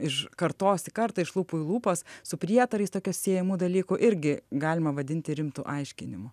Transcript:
iš kartos į kartą iš lūpų į lūpas su prietarais tokio siejamų dalykų irgi galima vadinti rimtu aiškinimu